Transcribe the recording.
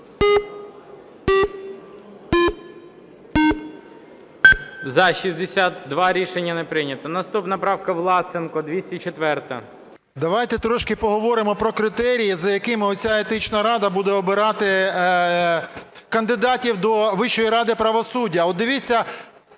За-62 Рішення не прийнято. Наступна правка, Власенко, 204-а. 12:43:56 ВЛАСЕНКО С.В. Давайте трошки поговоримо про критерії, за якими оця Етична рада буде обирати кандидатів до Вищої ради правосуддя.